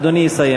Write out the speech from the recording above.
גברתי, נא לשבת.